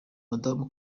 madamu